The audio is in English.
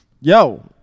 Yo